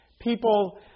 people